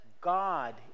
God